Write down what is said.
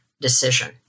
decision